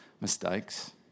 mistakes